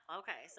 okay